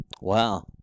Wow